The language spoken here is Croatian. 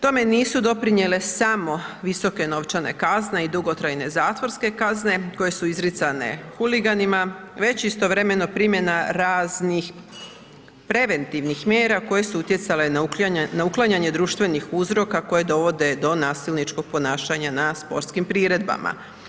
Tome nisu doprinijele samo visoke novčane kazne i dugotrajne zatvorske kazne koje su izricane huliganima, već istovremeno primjena raznih preventivnih mjera koje su utjecale na uklanjanje društvenih uzroka koje dovode do nasilničkog ponašanja na sportskim priredbama.